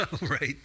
Right